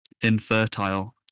infertile